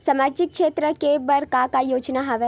सामाजिक क्षेत्र के बर का का योजना हवय?